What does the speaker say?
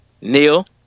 Neil